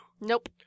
Nope